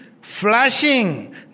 flashing